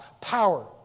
power